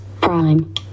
Prime